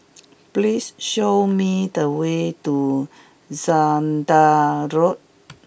please show me the way to Zehnder Road